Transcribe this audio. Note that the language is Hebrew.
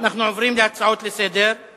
אני, אנחנו עוברים להצעות לסדר-היום.